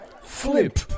Flip